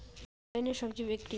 অনলাইনে স্বজি বিক্রি?